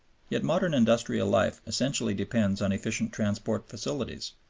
yet modern industrial life essentially depends on efficient transport facilities,